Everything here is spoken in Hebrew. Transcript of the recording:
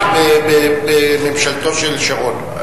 מממשלתו של שרון.